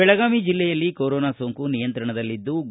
ಬೆಳಗಾವಿ ಜಿಲ್ಲೆಯಲ್ಲಿ ಕೊರೋನಾ ಸೋಂಕು ನಿಯಂತ್ರಣದಲ್ಲಿದ್ಲು